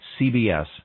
CBS